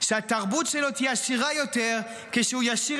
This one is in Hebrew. שהתרבות שלו תהיה עשירה יותר כשהוא ישיר